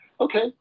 okay